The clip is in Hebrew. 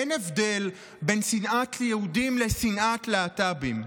אין הבדל בין שנאת יהודים לשנאת להט"בים.